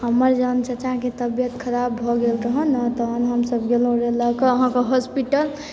हमर जहन चचाके तबियत खराब भऽ गेल तहन ने तहन हमसब गेलहुँ लअ कऽ अहाँके हॉस्पिटल